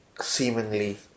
seemingly